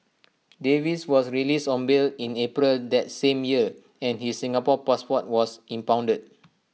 Davies was released on bail in April that same year and his Singapore passport was impounded